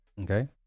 Okay